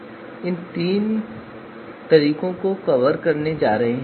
तो मानदंड भार को इन सामान्यीकृत अंकों से गुणा किया जाएगा